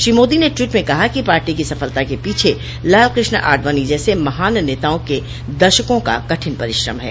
श्री मोदी ने ट्वीट में कहा कि पार्टी की सफलता के पीछे लाल कृष्ण आडवाणी जैसे महान नेताओं के दशकों का कठिन परिश्रम है